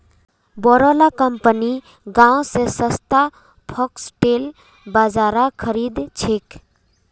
बोरो ला कंपनि गांव स सस्तात फॉक्सटेल बाजरा खरीद छेक